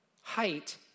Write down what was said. height